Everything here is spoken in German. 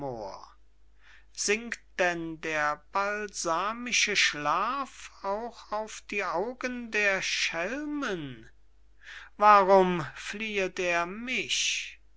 sinkt denn der balsamische schlaf auch auf die augen der schelmen warum fliehet er mich